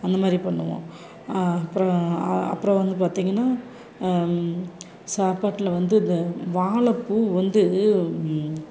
அந்த மாதிரி பண்ணுவோம் அப்புறம் அப்புறம் வந்து பார்த்தீங்கன்னா சாப்பாட்டில் வந்து இந்த வாழைப்பூ வந்து